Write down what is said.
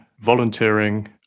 volunteering